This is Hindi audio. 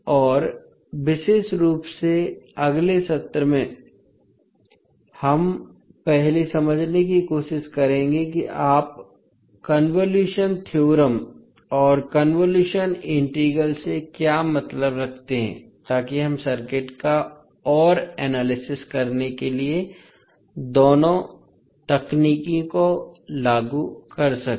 और विशेष रूप से अगले सत्र में हम पहले समझने की कोशिश करेंगे कि आप कोंवोलुशन थ्योरम और कोंवोलुशन इंटीग्रल से क्या मतलब रखते हैं ताकि हम सर्किट का और एनालिसिस करने के लिए दोनों तकनीकों को लागू कर सकें